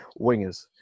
wingers